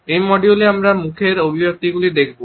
এই মডিউলে আমরা মুখের অভিব্যক্তিগুলি দেখব